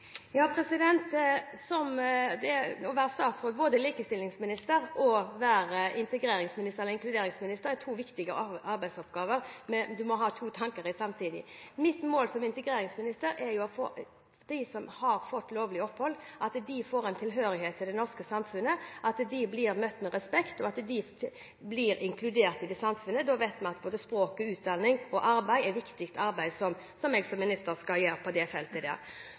Å være både likestillingsminister og inkluderingsminister er to viktige arbeidsoppgaver, men en må ha to tanker i hodet samtidig. Mitt mål som inkluderingsminister er at de som har fått lovlig opphold, får en tilhørighet til det norske samfunnet, at de blir møtt med respekt, og at de blir inkludert i samfunnet. Da vet vi at både språk, utdanning og arbeid er viktig, som jeg som minister skal arbeide for på dette feltet. Så er det